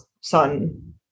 son